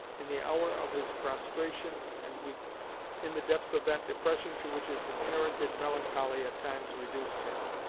in the hour of his prostration and weakness in the depths of that depression to which his inherited melancholy at times reduced him,